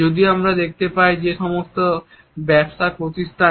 যদিও আমরা দেখতে পাই যে সেই সমস্ত ব্যবসা প্রতিষ্ঠান